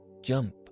jump